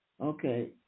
Okay